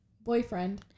Boyfriend